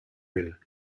will